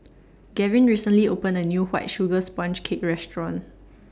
Gavin recently opened A New White Sugar Sponge Cake Restaurant